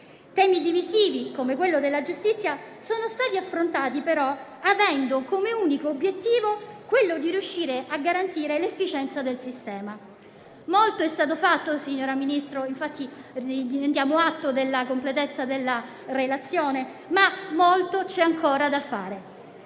Temi divisivi, come quello della giustizia, sono però stati affrontati avendo come unico obiettivo quello di riuscire a garantire l'efficienza del sistema. Molto è stato fatto, signora Ministro e infatti le diamo atto della completezza della relazione, ma molto c'è ancora da fare.